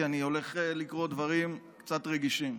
כי אני הולך לקרוא דברים קצת רגישים.